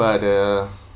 but uh